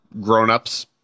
grown-ups